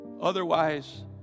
Otherwise